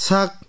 Sak